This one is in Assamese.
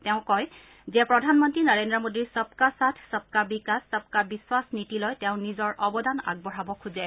তেওঁ কয় যে প্ৰধানমন্ত্ৰী নৰেন্দ্ৰ মোডীৰ সবকা সাথ সবকা বিকাশ সবকা বিশ্বাস নীতিলৈ তেওঁ নিজৰ অৱদান আগবঢ়াব খোজে